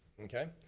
okay.